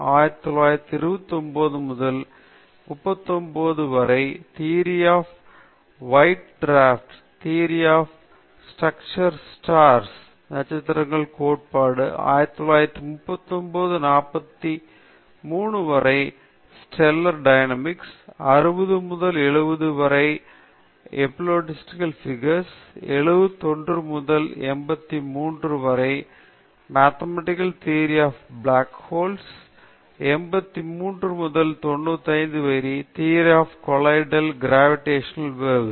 1929 முதல் 1939 வரை theory of white dwarfs theory structure of stars நட்சத்திரங்களின் கோட்பாடு 1939 முதல் 1943 வரை ஸ்டெல்லர் டயனாமிக்ஸ் 1960 முதல் 1970 வரை எல்லிப்ஸ்சாய்டால் பிகர்ஸ் 1971 முதல் 1983 வரை mathematical theory of black holes மற்றும் 1983 முதல் 1995 வரை theory of colliding gravitational waves